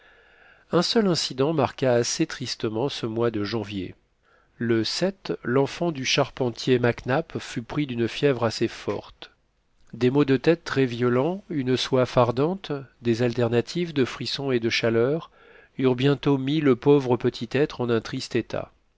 un seul incident marqua assez tristement ce mois de janvier le l'enfant du charpentier mac nap fut pris d'une fièvre assez forte des maux de tête très violents une soif ardente des alternatives de frisson et de chaleur eurent bientôt mis le pauvre petit être en un triste état